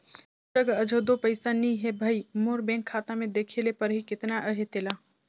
मोर जग अझो दो पइसा नी हे भई, मोर बेंक खाता में देखे ले परही केतना अहे तेला